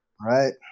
Right